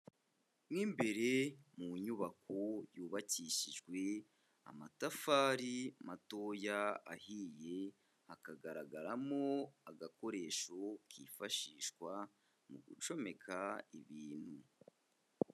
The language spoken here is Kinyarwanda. Mo imbere mu nyubako yubakishijwe amatafari matoya ahiye, hakagaragaramo agakoresho kifashishwa mu gucomeka ibintu.